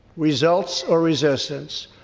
results or resistance,